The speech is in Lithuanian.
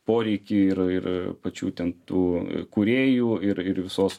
poreikį ir ir pačių ten tų kūrėjų ir ir visos